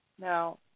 Now